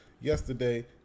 yesterday